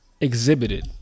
exhibited